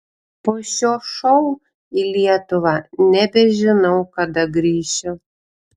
po šio šou į lietuvą nebežinau kada grįšiu